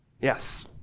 Yes